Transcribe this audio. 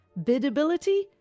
bidability